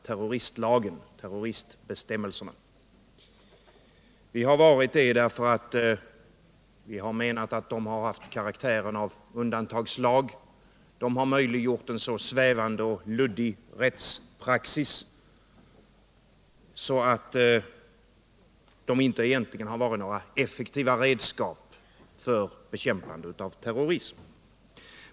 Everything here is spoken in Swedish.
terroristbestämmelserna, då vi menat att de haft karaktären av undantagslag, som möjliggjort en så svävande och luddig rättspraxis, att de egentligen inte varit några effektiva redskap för bekämpande av terrorism.